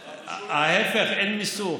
ההפך, אין מיסוך,